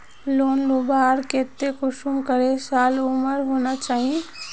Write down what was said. Loan लुबार केते कुंसम करे साल उमर होना चही?